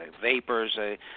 vapors